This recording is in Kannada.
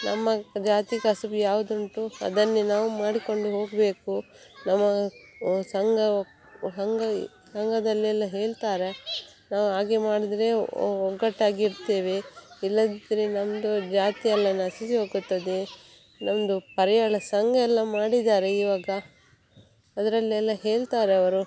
ನಮ್ಮ ಜಾತಿ ಕಸುಬು ಯಾವುದುಂಟು ಅದನ್ನೇ ನಾವು ಮಾಡಿಕೊಂಡು ಹೋಗಬೇಕು ನಮ್ಮ ಸಂಘ ಸಂಘ ಸಂಘದಲ್ಲೆಲ್ಲ ಹೇಳ್ತಾರೆ ನಾವು ಹಾಗೆ ಮಾಡಿದ್ರೆ ಒಗ್ಗಟ್ಟಾಗಿರ್ತೇವೆ ಇಲ್ಲದಿದ್ದರೆ ನಮ್ಮದು ಜಾತಿಯೆಲ್ಲ ನಶಿಸಿ ಹೋಗುತ್ತದೆ ನಮ್ಮದು ಪರ್ಯಾಳ ಸಂಘ ಎಲ್ಲ ಮಾಡಿದ್ದಾರೆ ಇವಾಗ ಅದರಲ್ಲೆಲ್ಲ ಹೇಳ್ತಾರೆ ಅವರು